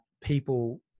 people